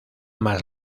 más